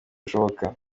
bushoboka